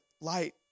light